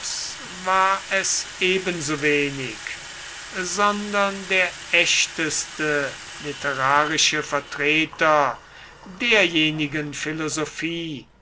war es ebensowenig sondern der echteste literarische vertreter derjenigen